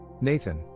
Nathan